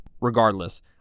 regardless